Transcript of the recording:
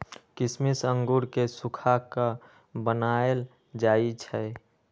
किशमिश अंगूर के सुखा कऽ बनाएल जाइ छइ